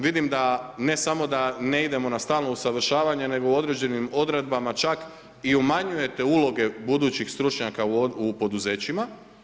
Vidim da ne samo da ne idemo na stalno usavršavanje nego u određenim odredbama čak i umanjujete uloge budućih stručnjaka u poduzećima.